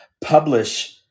publish